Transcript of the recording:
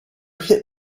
hit